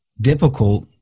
difficult